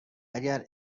اگر